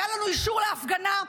היה לנו אישור להפגנה,